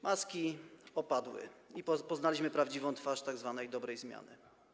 Maski opadły i poznaliśmy prawdziwą twarz tzw. dobrej zmiany.